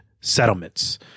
settlements